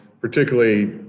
particularly